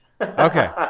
Okay